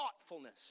thoughtfulness